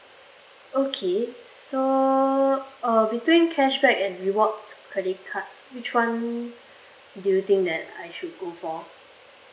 okay so uh between cashback and rewards credit card which one do you think that I should go for